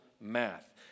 math